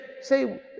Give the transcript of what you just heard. say